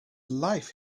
life